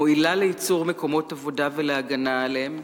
מועילה ליצירת מקומות עבודה ולהגנה עליהם,